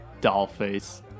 dollface